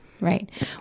Right